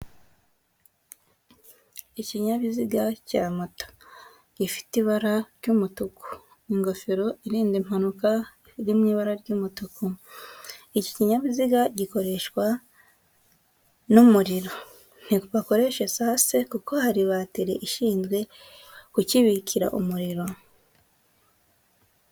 Ikinyabiziga cya moto gifite ibara ry'umutuku, ingofero irinda impanuka iri mu ibara ry'umutuku; Iki kinyabiziga gikoreshwa n'umuriro, ntibakoresha esase kuko hari batiri ishinzwe kukibikira umuriro.